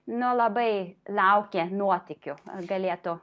nu labai laukia nuotykių galėtų